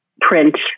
print